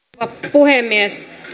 puhemies